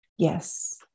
Yes